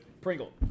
Pringle